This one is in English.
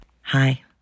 Hi